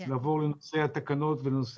אני רוצה לעבור לנושא התקנות ולנושא